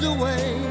Away